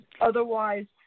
otherwise